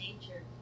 nature